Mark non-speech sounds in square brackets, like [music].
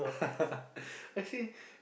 [laughs]